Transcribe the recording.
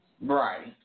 Right